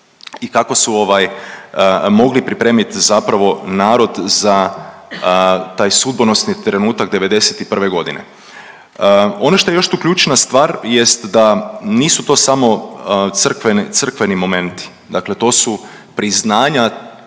i kako su mogli pripremit narod za taj sudbonosni trenutak '91.g.. Ono šta je tu još ključna stvar jest da nisu to samo crkveni momenti, dakle to su priznanja